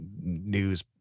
news